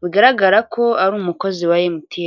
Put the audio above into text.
bigaragara ko ari umukozi wa MTN.